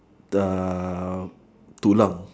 the tulang